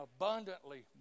abundantly